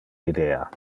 idea